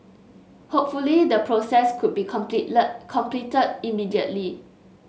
hopefully the process could be completely completed immediately